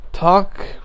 talk